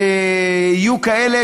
יהיו כאלה,